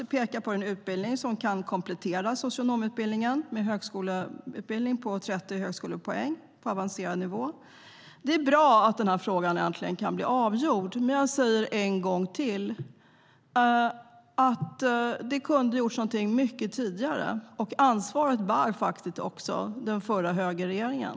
Den pekar på att kuratorerna kan komplettera socionomutbildningen med en högskoleutbildning om 30 högskolepoäng på avancerad nivå. Det är bra att frågan äntligen blir avgjord, men jag säger en gång till: Det kunde ha gjorts något mycket tidigare, och ansvaret bär också den förra högerregeringen.